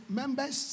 members